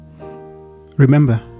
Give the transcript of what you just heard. remember